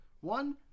One